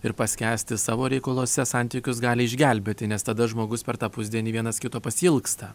ir paskęsti savo reikaluose santykius gali išgelbėti nes tada žmogus per tą pusdienį vienas kito pasiilgsta